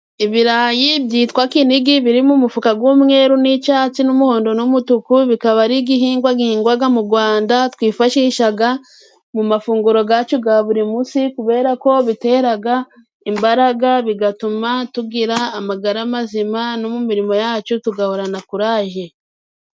Ibirayi byitwa kinigi biri mu mufuka w'umweruru ,n'icyasi, n'umuhondo n'umutuku, bikaba ari igihingwa gihingwa mu Rwanda twifashisha mu mafunguro yacu ya buri munsi kuberako bitera imbaraga, bigatuma tugira amagara mazima no mu mirimo yacu tugahorana kuraje.